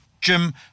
Jim